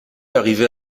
arriver